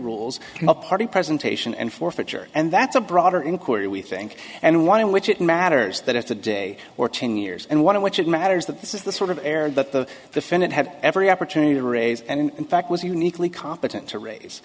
rules pardon presentation and forfeiture and that's a broader inquiry we think and one in which it matters that it's a day or ten years and one in which it matters that this is the sort of error that the defendant had every opportunity to raise and in fact was uniquely competent to raise